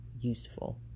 useful